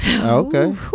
Okay